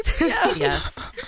Yes